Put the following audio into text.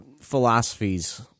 philosophies